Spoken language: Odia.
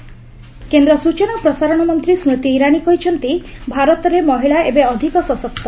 ଇରାନୀ ଓମେନ୍ କେନ୍ଦ୍ର ସୂଚନା ଓ ପ୍ରସାରଣ ମନ୍ତ୍ରୀ ସ୍କୃତି ଇରାନୀ କହିଛନ୍ତି ଭାରତରେ ମହିଳା ଏବେ ଅଧିକ ସଶକ୍ତ